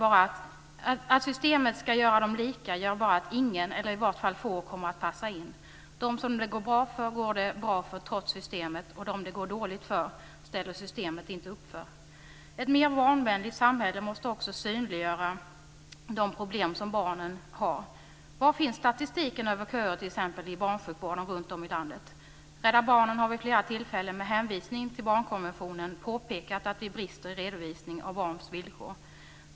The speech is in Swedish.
Att systemet ska göra dem lika gör bara att ingen eller i vart fall få kommer att passa in. De som det går bra för går det bra för trots systemet, och de som det går dåligt för ställer systemet inte upp för. Ett mer barnvänligt samhälle måste också synliggöra de problem som barnen har. Var finns statistiken över köerna t.ex. i barnsjukvården runtom i landet? Rädda Barnen har vid flera tillfällen med hänvisning till barnkonventionen påpekat att vi brister i redovisning av barns villkor.